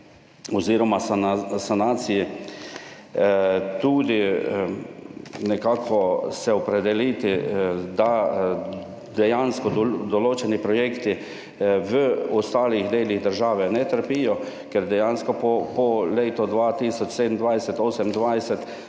oziroma sanaciji tudi nekako se opredeliti, da dejansko določeni projekti v ostalih delih države ne trpijo, ker dejansko po letu 2027, 2028,